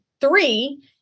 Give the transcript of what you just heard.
Three